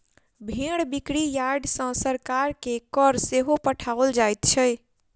भेंड़ बिक्री यार्ड सॅ सरकार के कर सेहो पठाओल जाइत छै